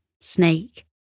snake